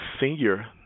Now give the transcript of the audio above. senior